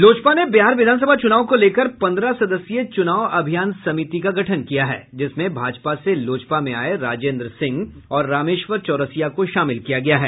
लोजपा ने बिहार विधानसभा चुनाव को लेकर पन्द्रह सदस्यीय चुनाव अभियान समिति का गठन किया है जिसमें भाजपा से लोजपा में आये राजेन्द्र सिंह और रामेश्वर चौरसिया को शामिल किया गया है